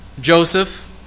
Joseph